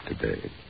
today